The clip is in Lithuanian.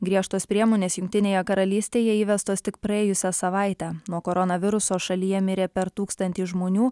griežtos priemonės jungtinėje karalystėje įvestos tik praėjusią savaitę nuo koronaviruso šalyje mirė per tūkstantį žmonių